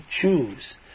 choose